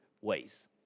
ways